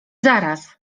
zaraz